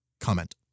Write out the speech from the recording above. comment